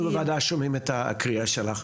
אנחנו בוועדה שומעים את הקריאה שלך.